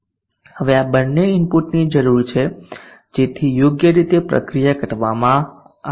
હવે આ બંને ઇનપુટની જરૂર છે જેથી યોગ્ય રીતે પ્રક્રિયા કરવામાં આવે